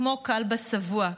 כמו כלבא שבוע.